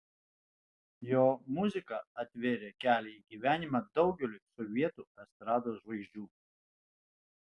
jo muzika atvėrė kelią į gyvenimą daugeliui sovietų estrados žvaigždžių